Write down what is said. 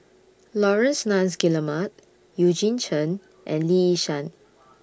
Laurence Nunns Guillemard Eugene Chen and Lee Yi Shyan